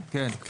כן.